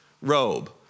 robe